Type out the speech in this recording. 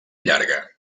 llarga